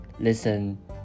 listen